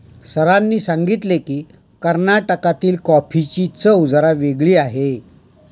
सरांनी सांगितले की, कर्नाटकातील कॉफीची चव जरा वेगळी आहे